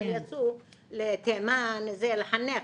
אבל יצאו לתימן לחנך,